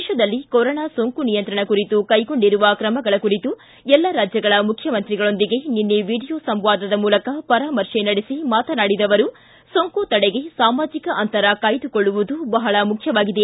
ದೇಶದಲ್ಲಿ ಕೊರೊನಾ ಸೋಂಕು ನಿಯಂತ್ರಣ ಕುರಿತು ಕೈಗೊಂಡಿರುವ ಕ್ರಮಗಳ ಕುರಿತು ಎಲ್ಲ ರಾಜ್ಯಗಳ ಮುಖ್ಯಮಂತ್ರಿಗಳೊಂದಿಗೆ ನಿನ್ನೆ ವಿಡಿಯೋ ಸಂವಾದದ ಮೂಲಕ ಪರಾಮರ್ತೆ ನಡೆಸಿ ಮಾತನಾಡಿದ ಅವರು ಸೋಂಕು ತಡೆಗೆ ಸಾಮಾಜಿಕ ಅಂತರ ಕಾಯ್ಲುಕೊಳ್ಳುವುದು ಬಹಳ ಮುಖ್ಯವಾಗಿದೆ